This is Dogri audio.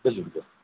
भेजी ओड़गा